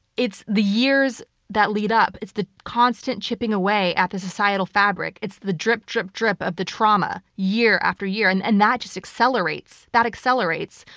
it's the years that lead up, it's the constant chipping away at the societal fabric, it's the drip, drip, drip of the trauma, year after year. and and that just accelerates. that accelerates.